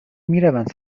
میروند